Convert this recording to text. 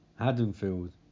Haddonfield